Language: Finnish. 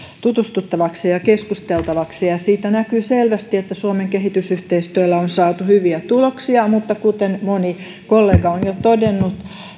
tutustuttavaksi ja keskusteltavaksi siitä näkyy selvästi että suomen kehitysyhteistyöllä on saatu hyviä tuloksia mutta kuten moni kollega on jo todennut